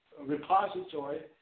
repository